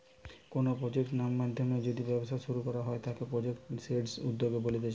কোনো প্রজেক্ট নাধ্যমে যদি ব্যবসা শুরু করা হয় তাকে প্রজেক্ট বেসড উদ্যোক্তা বলতিছে